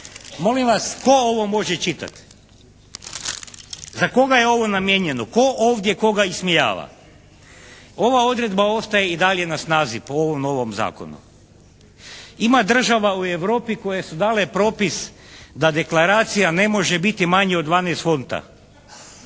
Molim vas, tko ovo može čitati? Za koga je ovo namijenjeno? Tko ovdje koga ismijava? Ova odredba ostaje i dalje na snazi po ovom novom zakonu. Ima država u Europi koje su dale propis da deklaracija ne može biti manje od 12 fonta.